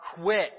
quit